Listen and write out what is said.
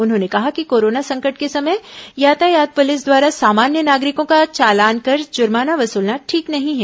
उन्होंने कहा कि कोरोना संकट के समय यातायात पुलिस द्वारा सामान्य नागरिकों का चालान कर जुर्माना वसूलना ठीक नहीं है